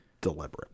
deliberate